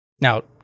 Now